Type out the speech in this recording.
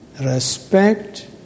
Respect